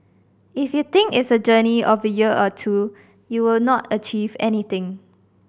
if you think it's a journey of a year or two you will not achieve anything